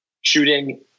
shooting